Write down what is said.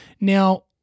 Now